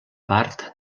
part